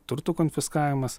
turto konfiskavimas